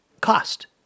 cost